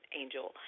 angel